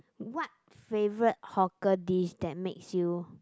what favourite hawker dish that makes you